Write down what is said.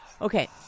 Okay